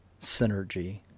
Synergy